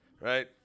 right